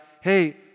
hey